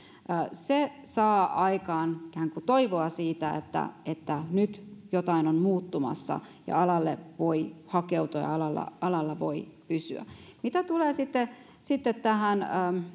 se saa aikaan ikään kuin toivoa siitä että että nyt jotain on muuttumassa ja alalle voi hakeutua ja alalla voi pysyä mitä tulee sitten sitten tähän